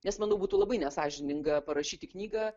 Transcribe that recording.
nes manau būtų labai nesąžininga parašyti knygą